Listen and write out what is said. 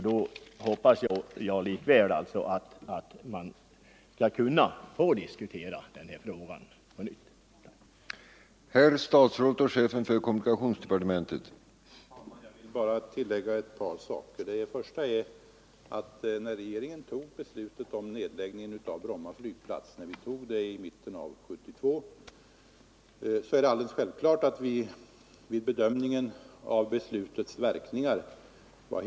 Då hoppas jag att vi kan få diskutera den här frågan på nytt!